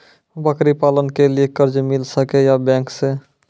बकरी पालन के लिए कर्ज मिल सके या बैंक से?